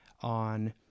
on